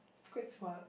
quite smart